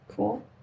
Cool